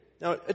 Now